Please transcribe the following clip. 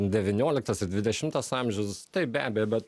devynioliktas ir dvidešimtas amžius taip be abejo bet